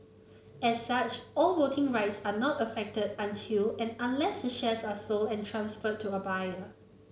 as such all voting rights are not affected until and unless the shares are sold and transferred to a buyer